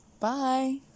Bye